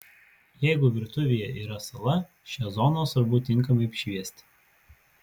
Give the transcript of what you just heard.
jeigu virtuvėje yra sala šią zoną svarbu tinkamai apšviesti